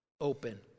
open